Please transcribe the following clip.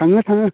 थाङो थाङो